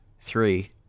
three